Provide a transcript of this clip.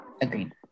Agreed